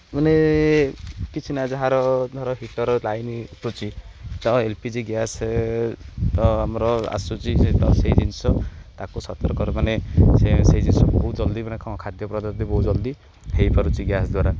ମାନେ କିଛି ନା ଯାହାର ଧର ହିଟର୍ ଲାଇନ୍ ଉଠୁଛି ତ ଏଲ୍ ପି ଜି ଗ୍ୟାସ୍ ତ ଆମର ଆସୁଛି ତ ସେହି ଜିନିଷ ତାକୁ ସତର୍କର ମାନେ ସେ ସେଇ ଜିନିଷ ବହୁତ ଜଲ୍ଦି ମାନେ କ'ଣ ଖାଦ୍ୟ ପଦ୍ଧତି ବହୁତ ଜଲ୍ଦି ହୋଇପାରୁଛି ଗ୍ୟାସ୍ ଦ୍ୱାରା